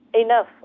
enough